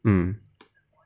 mm